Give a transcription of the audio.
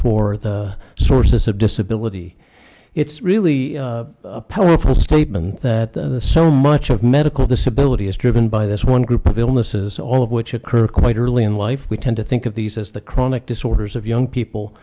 for the sources of disability it's really a powerful statement that the so much of medical disability is driven by this one group of illnesses all of which occur quite early in life we tend to think of these as the chronic disorders of young people